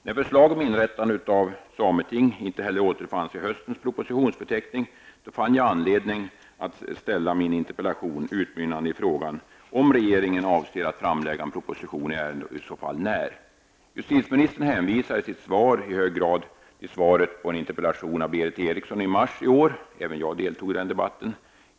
När förslag om inrättande av ett sameting inte heller återfanns i höstens propositionsförteckning fann jag anledning att ställa min interpellation utmynnande i frågan om regeringen avser att framlägga en proposition i ärendet och i så fall när. Justitieministern hänvisar i sitt svar i hög grad till svaret på en interpellation av Berith Eriksson i mars. Även jag deltog i den debatten.